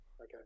Okay